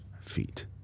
feet